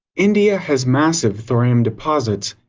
india has massive thorium deposits,